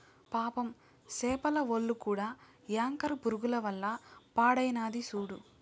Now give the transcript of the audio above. పాపం సేపల ఒల్లు కూడా యాంకర్ పురుగుల వల్ల పాడైనాది సూడు